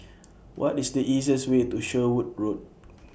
What IS The easiest Way to Sherwood Road